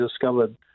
discovered